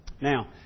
Now